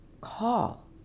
call